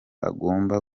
agomba